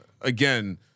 again